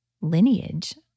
lineage